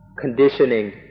conditioning